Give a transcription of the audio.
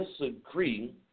disagree